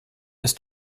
ist